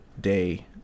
day